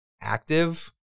active